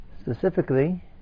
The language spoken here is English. Specifically